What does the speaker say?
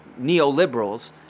neoliberals